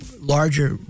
larger